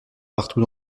partout